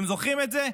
אתם זוכרים את זה,